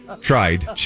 tried